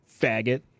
faggot